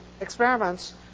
experiments